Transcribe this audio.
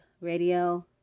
Radio